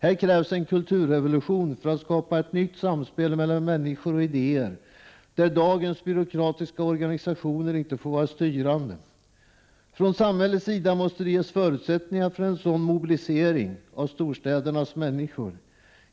Här krävs en kulturrevolution för att skapa ett nytt samspel mellan människor och idéer där dagens byråkratiska organisationer inte får vara styrande. Från samhällets sida måste det ges förutsättningar för en sådan mobilisering av storstädernas människor.